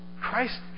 Christ